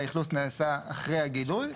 האכלוס נעשה אחרי הגילוי,